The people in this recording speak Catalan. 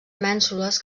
mènsules